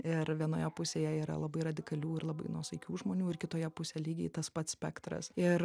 ir vienoje pusėje yra labai radikalių ir labai nuosaikių žmonių ir kitoje pusėj lygiai tas pats spektras